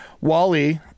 Wally